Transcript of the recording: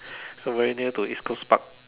so very new to East Coast Park